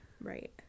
right